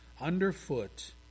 underfoot